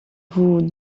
vous